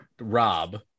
Rob